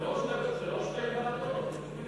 זה לא שתי ועדות.